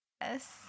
Yes